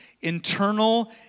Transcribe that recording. internal